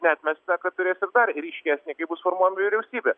neatmestina kad turės ir dar ryškesnį kai bus formuojama vyriausybė